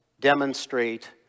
demonstrate